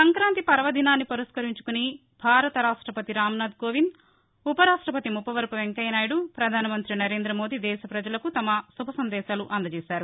సంక్రాంతి పర్వదినాన్ని పురస్కరించుకుని భారత రాష్టపతి రాంనాథ్ కోవింద్ ఉప రాష్టపతి ముప్పవరపు వెంకయ్య నాయుడు ప్రధాన మంత్రి నరేంద మోదీ దేశ పజలకు తమ శుభాకాంక్షలు అందజేశారు